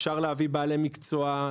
אפשר להביא בעלי מקצוע,